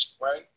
Right